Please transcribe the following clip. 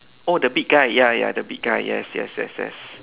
oh the big guy ya ya the big guy yes yes yes yes